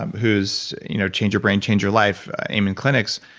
who's you know change your brain change your life, amen clinics,